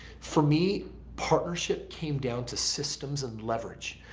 for me partnership came down to systems and leverage.